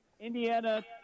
Indiana